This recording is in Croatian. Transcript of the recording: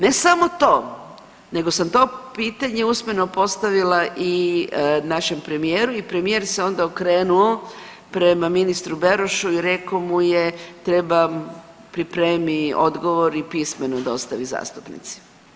Ne samo to, nego sam to pitanje usmeno postavila i našem premijeru i premijer se onda okrenuo prema ministru Berošu i rekao mu je trebam, pripremi odgovor i pismeno dostavi zastupnici.